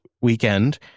weekend